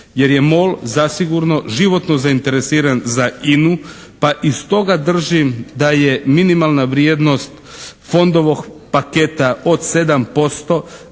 jer je Mol zasigurno životno zainteresiran za INA-u pa i stoga držim da je minimalna vrijednost Fondovog paketa od 7%